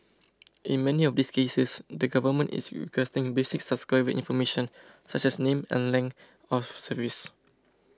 in many of these cases the government is requesting basic subscriber information such as name and length of service